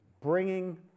bringing